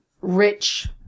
rich